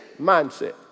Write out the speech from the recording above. mindset